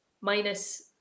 minus